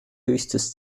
höchstes